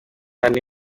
ane